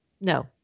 No